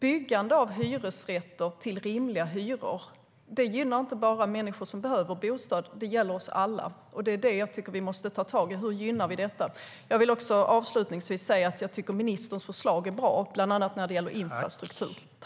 Byggande av hyresrätter till rimliga hyror gynnar alltså inte bara människor som behöver bostad utan oss alla. Det är det jag tycker vi måste ta tag i. Hur gynnar vi detta?